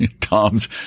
Tom's